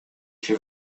się